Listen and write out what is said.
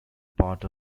part